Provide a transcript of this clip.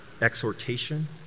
exhortation